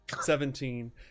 seventeen